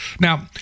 Now